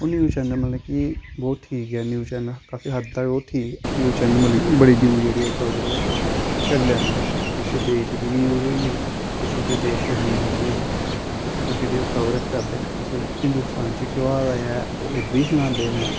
ओह् news channel मतलब कि बहुत ठीक ऐ न्यूज चैनल काफी हद्द तक ओह् ठीक न्यूज चैनल मतलब कि बड़ी न्यूज जेह्ड़ी ओह् कवर ओह् करीं लैंदे न किश देश दी न्यूज होई गेई किश बिदेशें दी न्यूज होई गेई ओह् जेह्ड़े ओह् कवर करदे न इस बेल्लै हिंदुस्तान च केह् होआ दा ऐ ओह् एह् बी सनांदे न